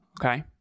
Okay